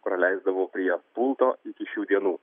praleisdavau prie pulto iki šių dienų